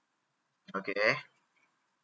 okay